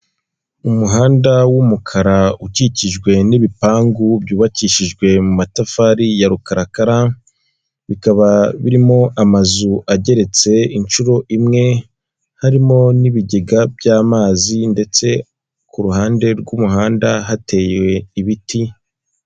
Umuhanda w'umukra ukikijwe n'ibipangu byubakishijwe mu matafari ya rukarakara, bikaba birimo amazu ageretse inshuro imwe harimo n'ibigega by'amazi ndetse ku ruhande rw'umuhanda hateye ibiti.